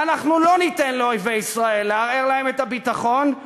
ואנחנו לא ניתן לאויבי ישראל לערער להם את הביטחון,